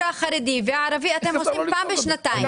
החרדי והערבי אתם עושים פעם בשנתיים.